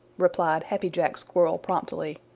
replied happy jack squirrel promptly.